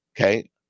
Okay